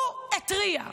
הוא התריע.